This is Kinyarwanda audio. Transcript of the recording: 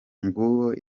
nguwo